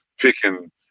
picking